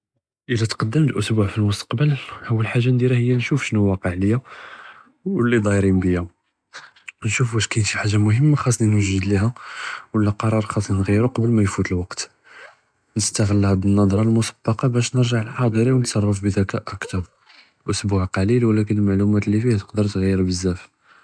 אִילַא תְקַדְּמְת אסְבּוּע פַלְמֻסְתַקְבַּל، אַוַּל חַאגַ'ה כּנְדִירְהַא היא נְשוּף שְנוּ וַאקֵע לִיַּה، וּלִי דַאיְרִין בִּיַּה، נְשוּף וַאש כּנְדִיר חַאגַ'ה מֻהִמַּה חַ'אסְנִי נְוַגְּד לִיהַא ולא קְרַאר חַ'אסְנִי נְעַ׳יֶּרוּ קְבְּל מַא יִפוּת לְוַקְת، נְסְתַעְ׳ל האד נַצְרַה לִמֻסְבַּקַה בַּאש נְרְגַּע לִחַאדְ'רִי וּנְתְצַרַּף בִּדְכַּאא אַכְּתַר، אסְבּוּע קְלִיל וּלַכִּן אלמַעְלוּמַאת לִי פִיה תְקְדֶּר תְעַ׳יֶּר בְּזַאף.